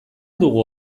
dugu